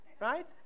right